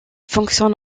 fonctionne